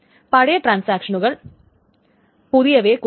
പഴയ ട്രാൻസാക്ഷനുകൾ പുതിയവയെ കൊല്ലും